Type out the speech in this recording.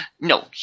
no